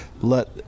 let